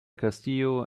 castillo